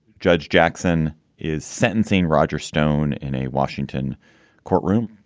judge jackson is sentencing roger stone in a washington courtroom.